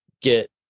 get